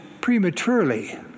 prematurely